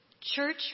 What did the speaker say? church